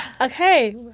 Okay